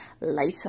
later